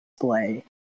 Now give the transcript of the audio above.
play